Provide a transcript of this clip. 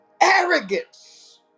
Arrogance